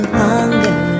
hunger